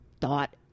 thought